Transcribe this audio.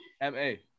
M-A